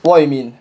what you mean